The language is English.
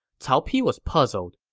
cao pi was puzzled.